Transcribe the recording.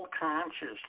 consciousness